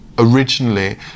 originally